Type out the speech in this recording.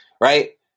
right